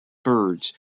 birds